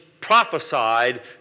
prophesied